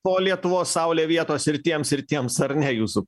po lietuvos saule vietos ir tiems ir tiems ar ne jūsų